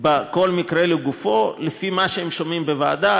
בכל מקרה לגופו לפי מה שהם שומעים בוועדה,